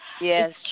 Yes